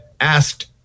asked